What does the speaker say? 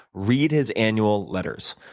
read his annual letters.